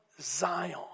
Zion